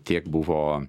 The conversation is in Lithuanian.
tiek buvo